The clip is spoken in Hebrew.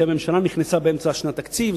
כי הממשלה נכנסה באמצע שנת תקציב,